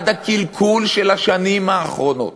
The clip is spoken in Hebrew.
עד הקלקול של השנים האחרונות,